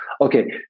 Okay